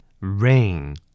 rain